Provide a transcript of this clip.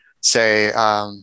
say